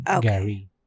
Gary